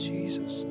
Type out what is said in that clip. Jesus